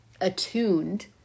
attuned